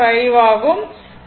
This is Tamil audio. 50 ஆகும்